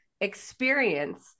experience